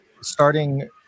starting